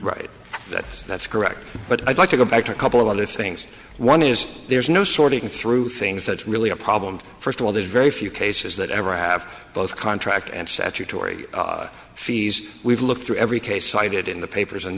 right that that's correct but i'd like to go back to a couple of other things one is there's no sorting through things that's really a problem first of all there's very few cases that ever have both contract and statutory fees we've looked through every case cited in the papers and